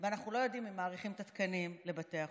אנחנו לא יודעים אם מאריכים את התקנים לבתי החולים.